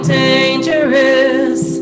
dangerous